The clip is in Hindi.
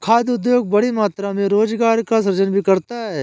खाद्य उद्योग बड़ी मात्रा में रोजगार का सृजन भी करता है